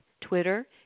Twitter